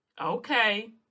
Okay